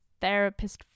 therapist